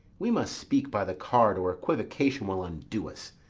we must speak by the card, or equivocation will undo us.